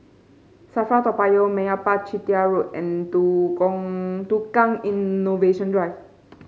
Safra Toa Payoh Meyappa Chettiar Road and Tukang Innovation Drive